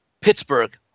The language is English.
Pittsburgh